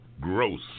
Gross